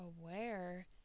aware